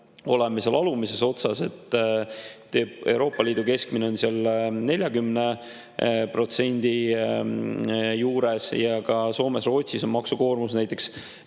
oleme seal alumises otsas. Euroopa Liidu keskmine on 40% juures ja ka Soomes-Rootsis on maksukoormus 10%